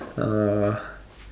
uh